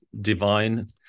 divine